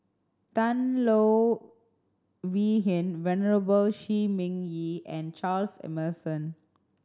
Tan Low Wee Hin Venerable Shi Ming Yi and Charles Emmerson